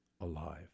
alive